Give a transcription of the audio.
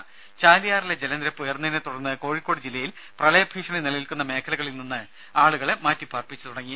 ദേദ ചാലിയാറിലെ ജലനിരപ്പ് ഉയർന്നതിനെ തുടർന്ന് കോഴിക്കോട് ജില്ലയിൽ പ്രളയഭീഷണി നിലനിൽക്കുന്ന മേഖലകളിൽ നിന്ന് ആളുകളെ മാറ്റിപാർപ്പിച്ചു തുടങ്ങി